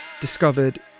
discovered